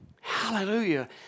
Hallelujah